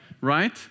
right